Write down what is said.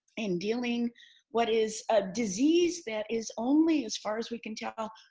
in dealing what is a disease that is only as far as we can tell,